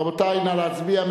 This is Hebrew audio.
רבותי, נא להצביע.